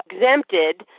exempted